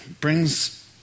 brings